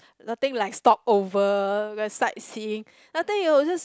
nothing like stop over sightseeing nothing it was just